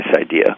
idea